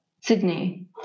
Sydney